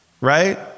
right